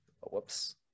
Whoops